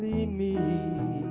the